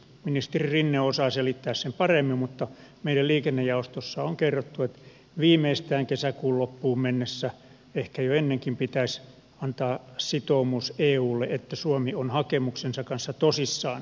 ministeri rinne osaa selittää sen paremmin mutta meille liikennejaostossa on kerrottu että viimeistään kesäkuun loppuun mennessä ehkä jo ennenkin pitäisi antaa sitoumus eulle että suomi on hakemuksensa kanssa tosissaan